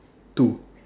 two